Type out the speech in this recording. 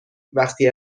وقتی